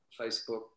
Facebook